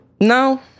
No